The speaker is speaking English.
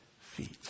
feet